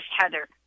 Heather